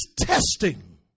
testing